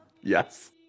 Yes